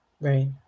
Right